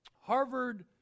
Harvard